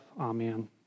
Amen